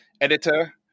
editor